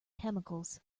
chemicals